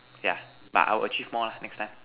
yeah but I will achieve more lah next time